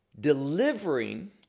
delivering